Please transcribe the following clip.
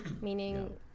meaning